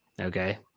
Okay